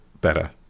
better